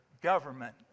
government